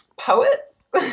poets